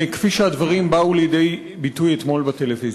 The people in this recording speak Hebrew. כפי שהדברים באו לידי ביטוי אתמול בטלוויזיה.